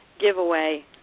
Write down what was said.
giveaway